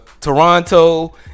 Toronto